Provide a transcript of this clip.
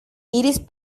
iris